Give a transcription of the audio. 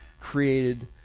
Created